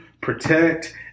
protect